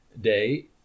day